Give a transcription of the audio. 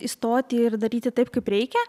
įstoti ir daryti taip kaip reikia